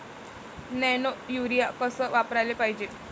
Nano urea कस वापराले पायजे?